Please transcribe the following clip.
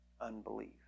unbelief